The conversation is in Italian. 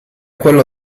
quello